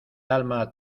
alma